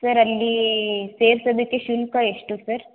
sir ಅಲ್ಲಿ ಸೇರ್ಸೋದಕ್ಕೆ ಶುಲ್ಕ ಎಷ್ಟು ಸರ್